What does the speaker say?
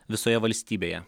visoje valstybėje